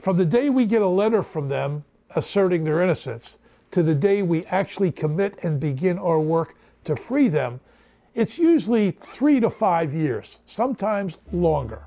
r the day we get a letter from them asserting their innocence to the day we actually commit and begin or work to free them it's usually three to five years sometimes longer